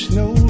no